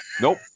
nope